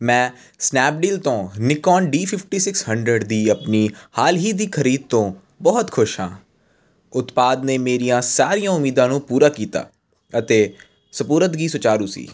ਮੈਂ ਸਨੈਪਡੀਲ ਤੋਂ Nikon D fifty six hundred ਦੀ ਆਪਣੀ ਹਾਲ ਹੀ ਦੀ ਖਰੀਦ ਤੋਂ ਬਹੁਤ ਖੁਸ਼ ਹਾਂ ਉਤਪਾਦ ਨੇ ਮੇਰੀਆਂ ਸਾਰੀਆਂ ਉਮੀਦਾਂ ਨੂੰ ਪੂਰਾ ਕੀਤਾ ਅਤੇ ਸਪੁਰਦਗੀ ਸੁਚਾਰੂ ਸੀ